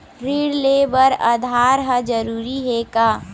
ऋण ले बर आधार ह जरूरी हे का?